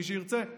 למי שירצה,